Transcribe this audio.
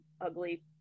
ugly